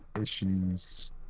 issues